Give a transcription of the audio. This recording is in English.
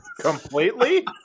Completely